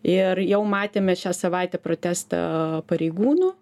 ir jau matėme šią savaitę protestą pareigūnų